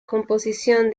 composición